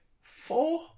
Four